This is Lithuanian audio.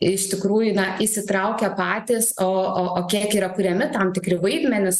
iš tikrųjų na įsitraukia patys o o o kiek yra kuriami tam tikri vaidmenys